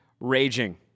raging